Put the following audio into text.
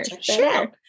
sure